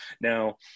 Now